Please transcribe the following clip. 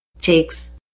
takes